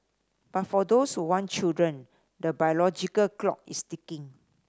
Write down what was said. but for those who want children the biological clock is ticking